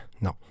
Non